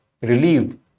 relieved